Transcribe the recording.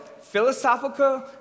philosophical